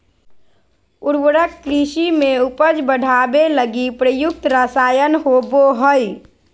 उर्वरक कृषि में उपज बढ़ावे लगी प्रयुक्त रसायन होबो हइ